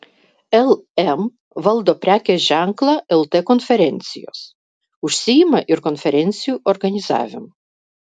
lm valdo prekės ženklą lt konferencijos užsiima ir konferencijų organizavimu